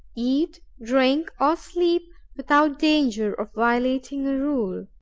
eat, drink, or sleep without danger of violating a rule.